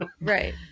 Right